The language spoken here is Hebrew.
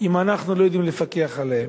אם אנחנו לא יודעים לפקח עליהם,